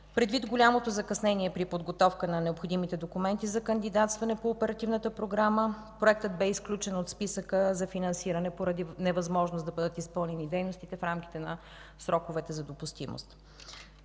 Предвид на голямото закъснение при подготовката на необходимите документи за кандидатстване по Оперативната програма, проектът бе изключен от списъка за финансиране поради невъзможност да бъдат изпълнени дейностите в рамките на сроковете за допустимост.